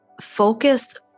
focused